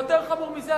חמור מזה,